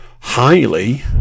highly